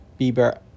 Bieber